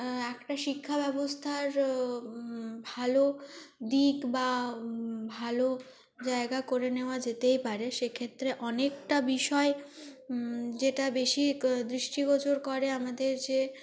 একটা শিক্ষা ব্যবস্থার ভালো দিক বা ভালো জায়গা করে নেওয়া যেতেই পারে সেক্ষেত্রে অনেকটা বিষয় যেটা বেশি দৃষ্টিগোচর করে আমাদের যে